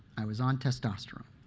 i was on testosterone.